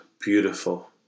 beautiful